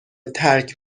ترک